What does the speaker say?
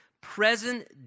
present